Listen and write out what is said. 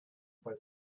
bei